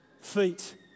feet